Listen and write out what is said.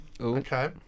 Okay